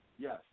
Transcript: Yes